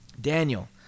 Daniel